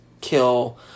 kill